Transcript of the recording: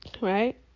right